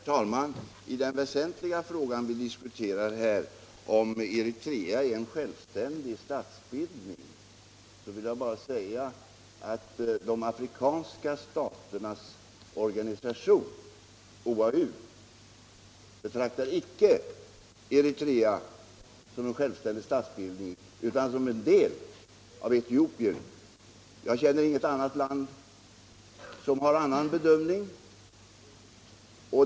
Herr talman! I den väsentliga fråga som vi här diskuterar, alltså huruvida Eritrea är en självständig statsbildning eller inte, vill jag bara säga att den afrikanska enhetsorganisationen OAU icke betraktar Eritrea som en självständig statsbildning utan som en del av Etiopien. Och jag känner inget annat land där man har en annan bedömning.